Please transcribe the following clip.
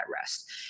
rest